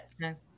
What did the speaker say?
Yes